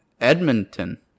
Edmonton